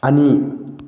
ꯑꯅꯤ